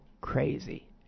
crazy